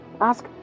ask